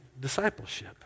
discipleship